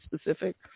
specific